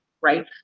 right